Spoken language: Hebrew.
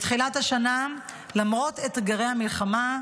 בתחילת השנה, למרות אתגרי המלחמה,